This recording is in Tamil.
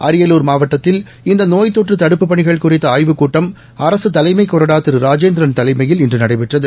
அரியலூர் மாவட்டத்தில் இந்த நோய் தொற்று தடுப்புப் பணிகள் குறித்த ஆய்வுக்கூட்டம் அரசு தலைமைக் கொறடா திரு ராஜேந்திரன் தலைமையில் இன்று நடைபெற்றது